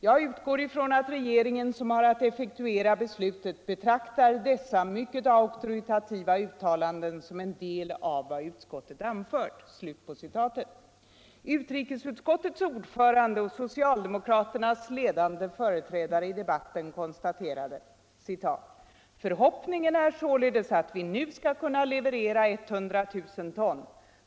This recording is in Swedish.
—— Jag utgår från att Kungl. Maj:t som har att effektuera beslutet betraktar dessa mycket auktoritativa uttalanden som en del av vad utskottet anfört.” Utrikesutskottets ordförande och socialdemokraternas ledande företrädare i debatten konstaterade: ”Förhoppningen är således att vi nu skall kunna leverera 100 000 ton.